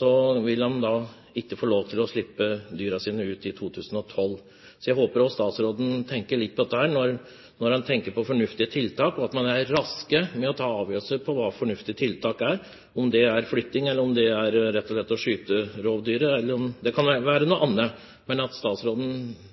– vil de ikke få lov til å slippe dyrene sine ut i 2012. Jeg håper også statsråden tenker litt på dette når han tenker på fornuftige tiltak, og at man er rask med å ta avgjørelser på hva fornuftige tiltak er, om det er flytting, om det rett og slett er å skyte rovdyrene, eller om det kan være noe